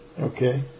Okay